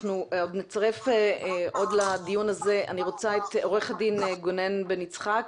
אנחנו נצרף עוד לדיון הזה את עו"ד גונן בן יצחק,